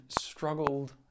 struggled